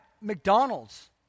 McDonald's